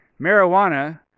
marijuana